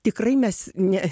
tikrai mes ne